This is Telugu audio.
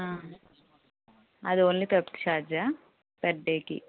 అది ఓన్లీ పెప్ట్ ఛార్జా పర్ డేకి